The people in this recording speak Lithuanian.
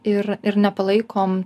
ir ir nepalaikom